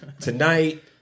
tonight